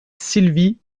sylvie